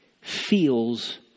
feels